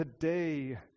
today